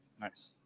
nice